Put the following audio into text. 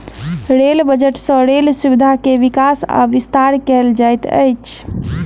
rail budget सँ rail सुविधा के विकास आ विस्तार कयल जाइत अछि